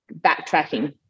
backtracking